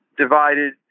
divided